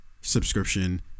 subscription